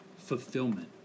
Fulfillment